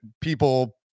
people